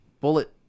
Bullet